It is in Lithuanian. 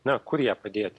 na kur ją padėti